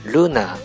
Luna